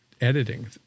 editing